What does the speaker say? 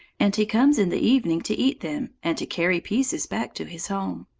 and he comes in the evening to eat them and to carry pieces back to his home.